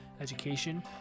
education